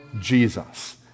Jesus